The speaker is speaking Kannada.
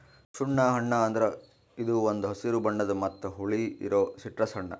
ಸುಣ್ಣ ಹಣ್ಣ ಅಂದುರ್ ಇದು ಒಂದ್ ಹಸಿರು ಬಣ್ಣದ್ ಮತ್ತ ಹುಳಿ ಇರೋ ಸಿಟ್ರಸ್ ಹಣ್ಣ